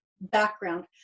background